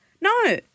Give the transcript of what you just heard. No